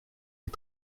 les